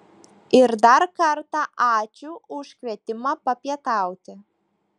ir dar kartą ačiū už kvietimą papietauti